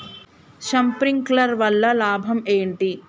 Sprinkler వల్ల లాభం ఏంటి?